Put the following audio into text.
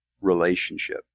relationship